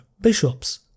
bishops